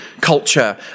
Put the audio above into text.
culture